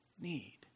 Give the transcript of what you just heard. need